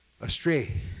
astray